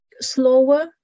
slower